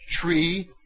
tree